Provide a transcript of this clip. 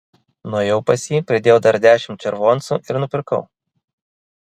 nuėjau pas jį pridėjau dar dešimt červoncų ir nupirkau